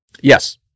Yes